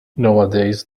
nowadays